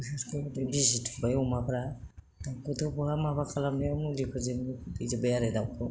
बिदिनो बिजि थुबाय अमाफोरा दाउखौथ' बहा माबा खालामनो मुलिफोरखौनो होजोब्बाय आरो दाउखौ